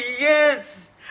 yes